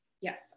Yes